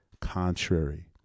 contrary